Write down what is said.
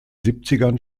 siebzigern